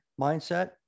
mindset